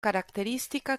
caratteristica